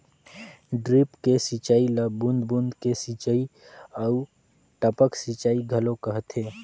drip सिंचई ल बूंद बूंद के सिंचई आऊ टपक सिंचई घलो कहथे